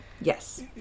yes